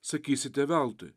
sakysite veltui